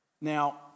Now